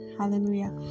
Hallelujah